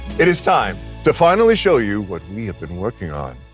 it is time to finally show you what we have been working on.